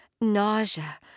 nausea